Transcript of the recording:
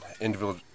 individual